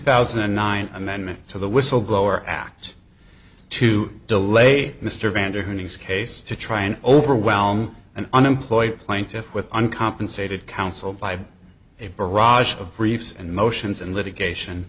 thousand and nine amendment to the whistleblower act to delay mr vanderhoof his case to try and overwhelm an unemployed plaintiff with uncompensated counsel by a barrage of briefs and motions and litigation